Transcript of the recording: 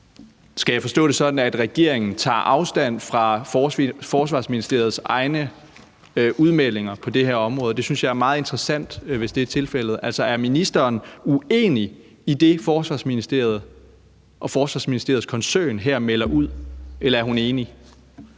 Skal jeg forstå det sådan, at regeringen tager afstand fra Forsvarsministeriets egne udmeldinger på det her område? Det synes jeg er meget interessant, hvis det er tilfældet. Altså, er ministeren uenig i det, Forsvarsministeriet og Forsvarsministeriets koncern her melder ud, eller er hun enig